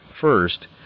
First